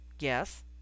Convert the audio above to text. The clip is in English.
Yes